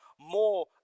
more